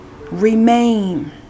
Remain